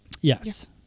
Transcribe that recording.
yes